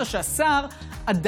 עד